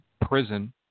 prison